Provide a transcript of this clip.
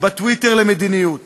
בטוויטר למדיניות